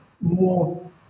more